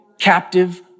captive